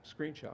screenshot